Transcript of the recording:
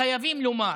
חייבים לומר,